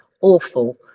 awful